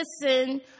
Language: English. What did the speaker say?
listen